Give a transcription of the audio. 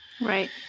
Right